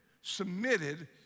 submitted